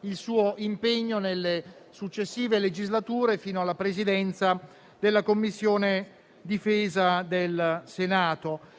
il suo impegno nelle successive legislature fino alla Presidenza della Commissione difesa del Senato.